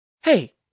hey